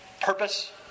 purpose